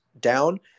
down